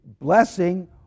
blessing